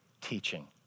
teaching